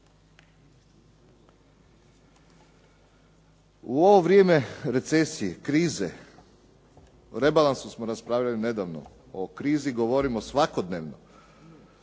U ovo vrijeme recesije, krize, o rebalansu smo raspravljali nedavno, o krizi govorimo svakodnevno.